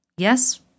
Yes